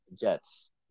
Jets